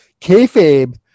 Kayfabe